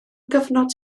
gyfnod